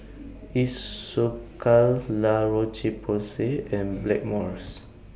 Isocal La Roche Porsay and Blackmores